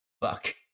Fuck